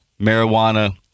marijuana